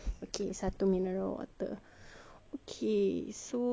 okay so the food will arrive in